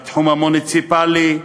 בתחום המוניציפלי,